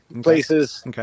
places